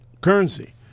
currency